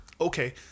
Okay